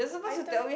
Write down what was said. item